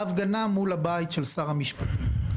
ההפגנה מול הבית של שר המשפטים,